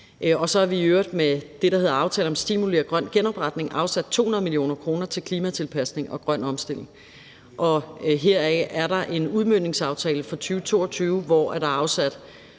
Så har vi i øvrigt med det, der hedder »Aftale om stimuli og grøn genopretning«, afsat 200 mio. kr. til klimatilpasning og grøn omstilling, og heraf er der en udmøntningsaftale for 2022, hvor der er afsat